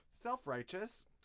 self-righteous